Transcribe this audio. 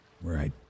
Right